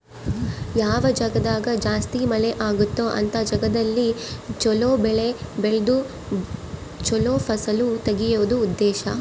ಯಾವ ಜಾಗ್ದಾಗ ಜಾಸ್ತಿ ಮಳೆ ಅಗುತ್ತೊ ಅಂತ ಜಾಗದಲ್ಲಿ ಚೊಲೊ ಬೆಳೆ ಬೆಳ್ದು ಚೊಲೊ ಫಸಲು ತೆಗಿಯೋದು ಉದ್ದೇಶ